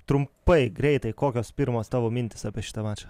trumpai greitai kokios pirmos tavo mintys apie šitą mačą